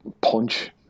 punch